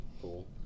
Cool